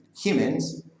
humans